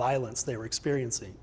violence they were experiencing